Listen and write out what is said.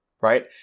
right